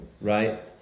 right